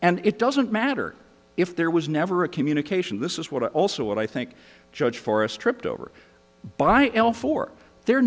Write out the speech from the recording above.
and it doesn't matter if there was never a communication this is what also what i think judge for us tripped over by el for there